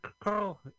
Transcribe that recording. Carl